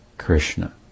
Krishna